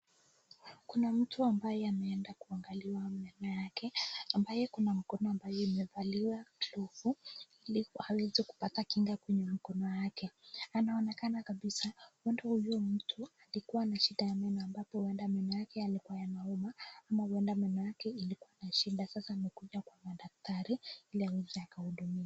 Kuna mtu ambaye ameenda kuangaliwa meno yake, ambaye kuna mkono ambaye imevalia glovu, ili aweze kupata kinga kwenye mkono wake, anaonekana kabisa huenda huyu mtu alikuwa na shida ya meno, ambapo meno yake huenda meno yake ilkuwa inauma, ama meno yake ilikuwa na shida, sasa amekuja kumwona daktari, ili aweze akahudumiwa.